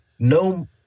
No